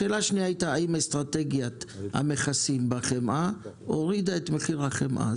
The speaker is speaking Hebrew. האם אסטרטגיית המכסים בחמאה הורידה את מחיר החמאה.